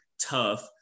tough